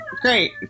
great